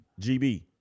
GB